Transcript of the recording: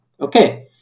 Okay